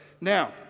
Now